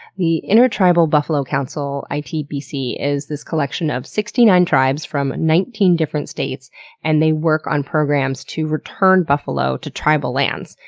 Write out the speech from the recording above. the intertribal buffalo council, itbc, is this collection of sixty nine tribes from nineteen different states and they work on programs to return buffalo to tribal lands.